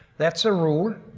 that's a rule,